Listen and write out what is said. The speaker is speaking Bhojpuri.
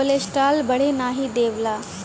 कोलेस्ट्राल बढ़े नाही देवला